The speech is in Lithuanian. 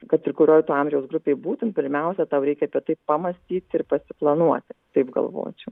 kad ir kurioj amžiaus grupėj būtum pirmiausia tau reikia apie tai pamąstyt ir pasiplanuoti taip galvočiau